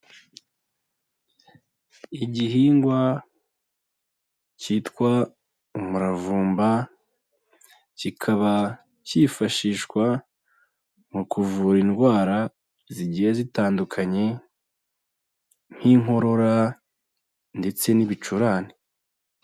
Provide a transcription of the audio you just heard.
Igihingwa cyitwa umuravumba, kikaba cyifashishwa mu kuvura indwara zigiye zitandukanye nk'inkorora ndetse n'ibicurane.